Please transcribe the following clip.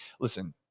listen